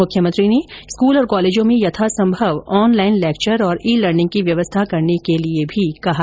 मुख्यमंत्री ने स्कूल और कॉलेजों में यथासंभव ऑनलाईन लेक्चर और ई लर्निंग की व्यवस्था करने के भी निर्देश दिए